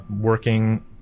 working